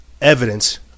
evidence